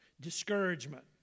Discouragement